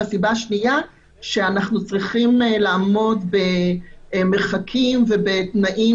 והסיבה השנייה שאנחנו צריכים לעמוד במרחקים ובתנאים